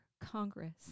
Congress